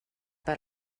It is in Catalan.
per